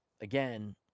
again